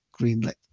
greenlit